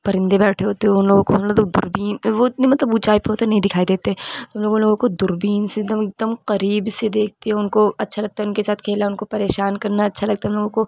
پرندے بیٹھے ہوتے ہیں اُن لوگوں كو ہم لوگ دور بین وہ مطلب اتنی اونچائی پہ ہوتے نہیں دكھائی دیتے ہم اُن لوگوں كو دور بین سے ایک دم ایک دم قریب سے دیكھتے اُن كو اچھا لگتا اُن كے ساتھ كھیلنا اُن كو پریشان كرنا اچھا لگتا ہم لوگوں کو